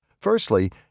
Firstly